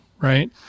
right